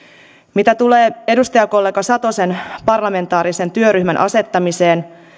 mitä tulee edustajakollega satosen parlamentaarisen työryhmän asettamiseen